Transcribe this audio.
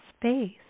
space